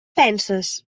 penses